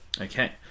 okay